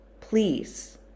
Please